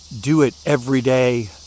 do-it-every-day